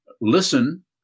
Listen